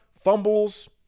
fumbles